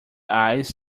eyes